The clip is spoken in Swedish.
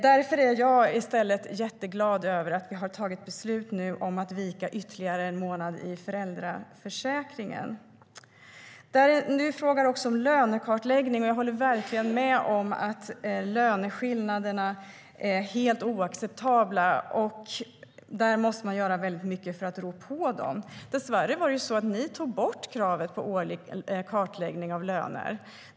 Därför är jag jätteglad över att vi nu har tagit beslut om att vika ytterligare en månad i föräldraförsäkringen. Jenny Petersson frågar också om lönekartläggning. Jag håller verkligen med om att löneskillnaderna är helt oacceptabla. Man måste göra mycket för att rå på dem. Dessvärre tog ni bort kravet på årlig kartläggning av löner.